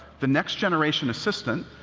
the next generation assistant,